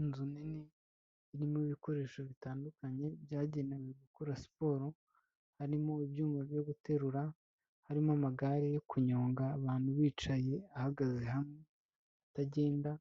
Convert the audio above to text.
Inzu nini irimo ibikoresho bitandukanye byagenewe gukora siporo, harimo ibyuma byo guterura, harimo amagare yo kunyonga abantu bicaye ahagaze hamwe atagenda,